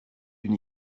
une